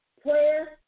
Prayer